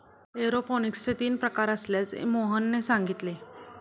एरोपोनिक्सचे तीन प्रकार असल्याचे मोहनने सांगितले